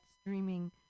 streaming